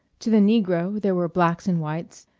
to the negro there were blacks and whites,